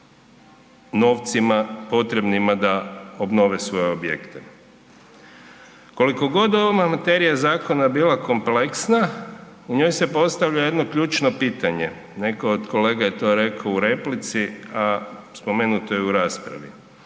sa novcima potrebnima da obnove svoje objekte. Koliko god ova materija zakona bila kompleksna u njoj se postavlja jedno ključno pitanje, neko od kolega je to rekao u replici, a spomenuto je i u raspravi,